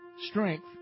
strength